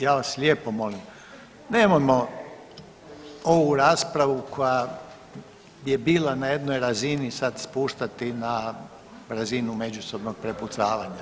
Ja vas lijepo molim nemojmo ovu raspravu koja je bila na jednoj razini sad spuštati na razinu međusobnog prepucavanja.